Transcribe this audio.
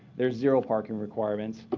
there's zero parking requirements.